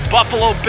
Buffalo